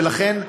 ולכן,